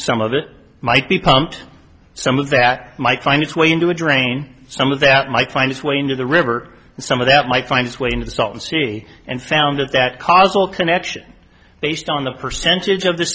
some of it might be pumped some of that might find its way into a drain some of that might find its way into the river and some of that might find its way into the salt sea and found it that caused all connection based on the percentage of the